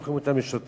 הופכים אותם לשוטרים.